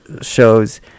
shows